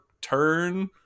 turn